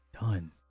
done